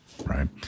Right